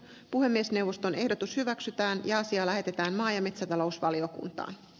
puhemiesneuvoston ehdotus hyväksytään ja asia lähetetään maa ja metsätalousvaliokunta